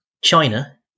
China